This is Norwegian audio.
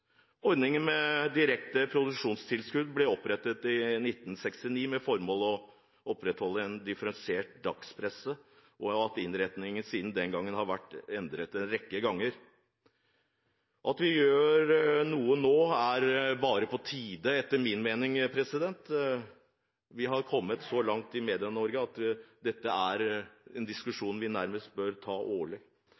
Ordningen med direkte produksjonstilskudd ble opprettet i 1969 med det formål å opprettholde en differensiert dagspresse, og innretningen har siden den gang vært endret en rekke ganger. At vi gjør noe nå, er bare på tide etter min mening. Vi har kommet så langt i Medie-Norge at dette er en